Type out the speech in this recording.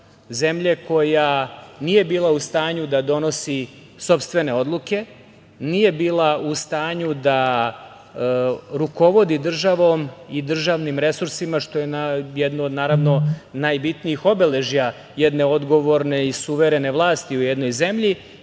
zemlje koja nije bila u stanju da donosi sopstvene odluke, nije bila u stanju da rukovodi državom i državnim resursima, što je jedno od najbitnijih obeležja jedne odgovorne i suverene vlasti u jednoj zemlji,